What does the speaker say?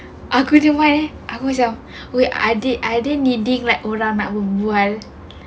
aku punya mind aku macam wait are they are they needing orang nak berbual